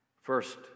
First